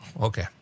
Okay